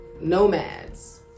nomads